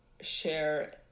share